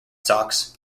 sox